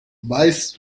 weißt